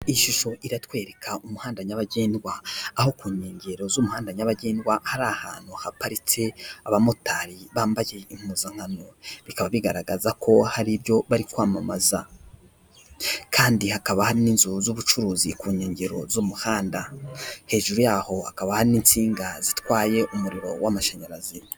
Ishusho iratwereka umuhanda nyabagendwa. Aho ku nkengero z'umuhanda nyabagendwa, hari ahantu haparitse abamotari bambaye impuzankano, bikaba bigaragaza ko hari ibyo bari kwamamaza. Kandi hakaba hari n'inzu z'ubucuruzi ku nkengero z'umuhanda. Hejuru yaho hakaba hari n'insinga zitwaye umuriro w'amashanyarazi.